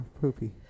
Poopy